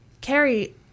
Carrie